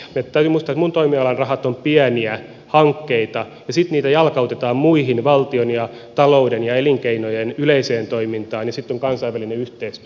täytyy muistaa että minun toimialani rahat ovat pieniä hankkeita ja sitten niitä jalkautetaan muihin valtion ja talouden ja elinkeinojen yleiseen toimintaan ja sitten on kansainvälinen yhteistyö